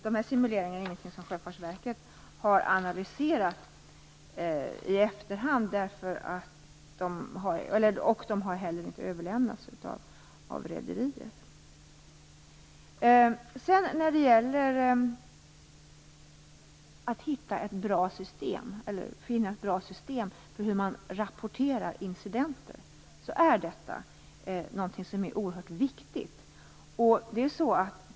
De här simuleringarna har inte analyserats av Sjöfartsverket i efterhand och har inte heller överlämnats av rederiet. Detta att finna ett bra system för hur incidenter skall rapporteras är oerhört viktigt.